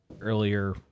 earlier